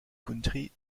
country